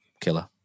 Killer